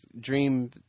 dream